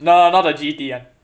no no not the G_E_T [one]